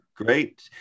Great